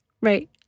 Right